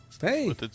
Hey